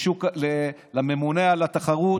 לממונה על התחרות,